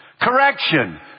Correction